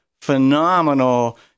phenomenal